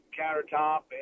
countertop